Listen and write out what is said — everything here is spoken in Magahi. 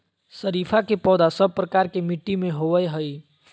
शरीफा के पौधा सब प्रकार के मिट्टी में होवअ हई